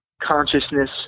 consciousness